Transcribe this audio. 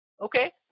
okay